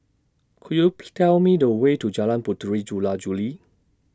Could YOU Tell Me The Way to Jalan Puteri Jula Juli